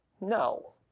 No